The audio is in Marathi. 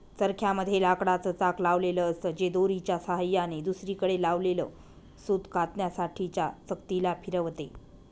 चरख्या मध्ये लाकडाच चाक लावलेल असत, जे दोरीच्या सहाय्याने दुसरीकडे लावलेल सूत कातण्यासाठी च्या चकती ला फिरवते